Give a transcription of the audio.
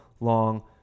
long